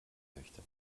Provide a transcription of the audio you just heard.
möchte